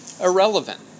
irrelevant